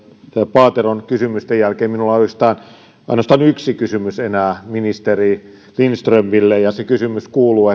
paateron kysymysten jälkeen minulla on oikeastaan ainoastaan yksi kysymys ministeri lindströmille ja se kysymys kuuluu